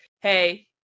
hey